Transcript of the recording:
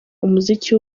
umuziki